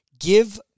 Give